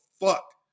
fuck